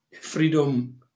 freedom